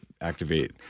Activate